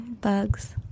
bugs